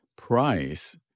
price